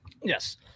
Yes